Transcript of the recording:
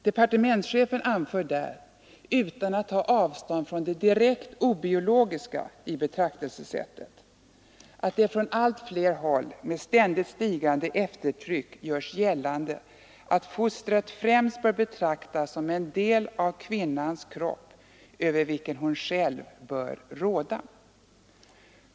Departementschefen anför där, utan att ta avstånd från det direkt obiologiska betraktelsesättet, att det från allt fler håll med ständigt stigande eftertryck görs gällande att fostret främst bör betraktas som en del av kvinnans kropp, över vilken hon själv bör råda.